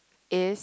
is